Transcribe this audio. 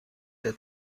der